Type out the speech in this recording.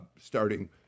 starting